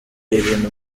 ibintu